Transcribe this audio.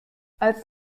als